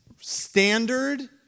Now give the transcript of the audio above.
standard